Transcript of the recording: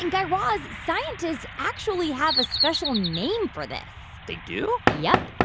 and guy raz, scientists actually have a special name for this they do? yep.